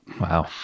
Wow